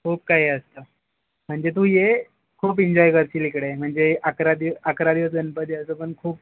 खूप काही असतं म्हणजे तू ये खूप एंजॉय करशील इकडे म्हणजे अकरा दिव अकरा दिवस गणपती असतो पण खूप